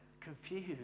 confused